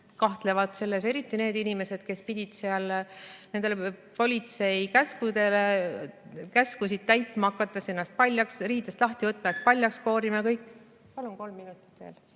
kahtlevad selles, eriti need inimesed, kes pidid seal neid politsei käskusid täitma, hakates ennast riidest lahti võtma, paljaks koorima ja kõik. Palun kolm minutit veel!